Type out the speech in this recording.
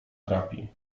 trapi